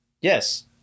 Yes